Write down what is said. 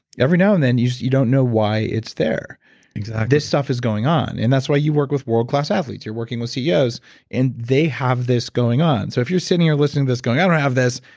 every now and then you you don't know why it's there exactly this stuff is going on and that's why you work with world-class athletes, you're working with ceos and they have this going on. so if you're sitting here listening to this going, i don't have this.